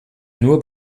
nur